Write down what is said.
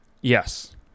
Yes